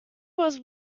was